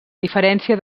diferència